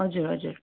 हजुर हजुर